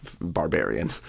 barbarian